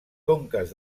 conques